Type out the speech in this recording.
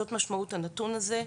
זאת משמעות הנתון הזה.